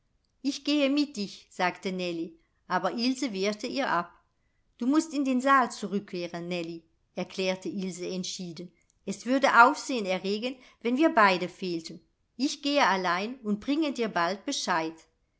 ich gehe mit dich sagte nellie aber ilse wehrte ihr ab du mußt in den saal zurückkehren nellie erklärte ilse entschieden es würde aufsehen erregen wenn wir beide fehlten ich gehe allein und bringe dir bald bescheid